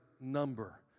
number